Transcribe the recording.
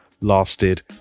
lasted